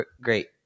great